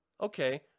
Okay